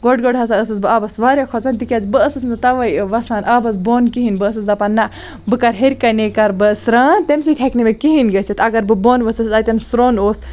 گۄڈٕ گۄڈٕ ہَسا ٲسٕس بہٕ آبَس واریاہ کھوٚژان تکیاز بہٕ ٲسٕس نہٕ تَوے وَسان آبَس بۄن کِہِیٖنۍ بہٕ ٲسٕس دَپان نہَ بہٕ کَرٕ ہیٚرِ کَنے کَرٕ بہٕ سران تمہِ سۭتۍ ہیٚکہِ نہٕ مےٚ کِہِیٖنۍ گٔژھِتھ اگر بہٕ بۄن ؤژھِس اَتٮ۪ن سرٛوٚن اوس